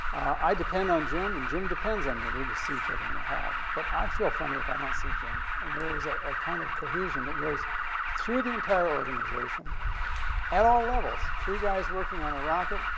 i depend on jim, and jim depends on me. we just see each other in the hall. but i feel funny if i don't see jim. and there is a a kind of cohesion that goes through the entire organization at all levels, three guys working on a rocket,